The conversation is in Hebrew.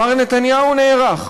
מר נתניהו נערך.